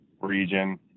region